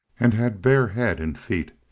and had bare head and feet,